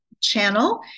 channel